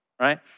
right